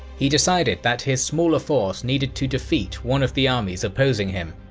he decided that his smaller force needed to defeat one of the armies opposing him,